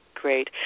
great